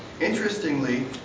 Interestingly